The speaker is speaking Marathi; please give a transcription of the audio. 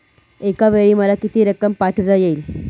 एकावेळी मला किती रक्कम पाठविता येईल?